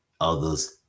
others